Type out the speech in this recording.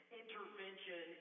intervention